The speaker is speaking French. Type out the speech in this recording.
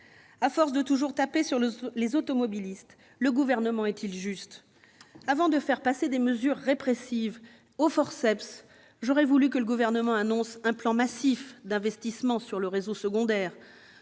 À force de toujours taper sur les automobilistes, le Gouvernement est-il juste ? Avant de faire passer des mesures répressives au forceps, j'aurais souhaité que le Gouvernement annonce un plan massif d'investissements sur le réseau secondaire,